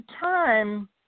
time